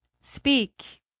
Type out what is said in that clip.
Speak